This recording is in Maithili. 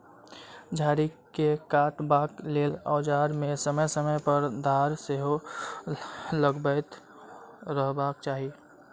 झाड़ी के काटबाक लेल औजार मे समय समय पर धार सेहो लगबैत रहबाक चाही